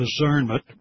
discernment